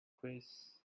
quiz